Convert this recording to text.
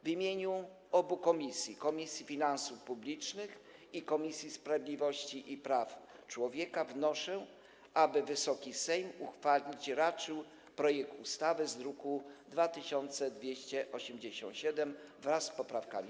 W imieniu obu komisji, Komisji Finansów Publicznych i Komisji Sprawiedliwości i Praw Człowieka, wnoszę, aby Wysoki Sejm uchwalić raczył projekt ustawy z druku nr 2287 wraz z poprawkami.